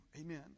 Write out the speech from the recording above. amen